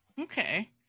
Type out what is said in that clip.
Okay